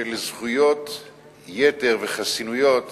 של זכויות יתר וחסינויות